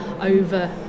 over